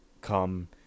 come